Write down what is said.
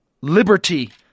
liberty